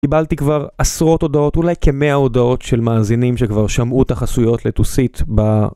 קיבלתי כבר עשרות הודעות, אולי כמאה הודעות של מאזינים שכבר שמעו את החסויות לטוסית ב...